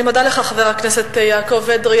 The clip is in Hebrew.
אני מודה לך, חבר הכנסת יעקב אדרי.